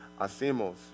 hacemos